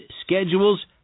schedules